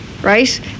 right